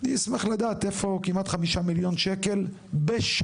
אני אשמח לדעת איפה כמעט 5 מיליון שקלים בשנה,